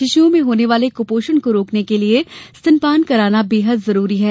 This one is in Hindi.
शिशुओं में होने वाले कुपोषण को रोकने के लिये स्तनपान कराना जरूरी है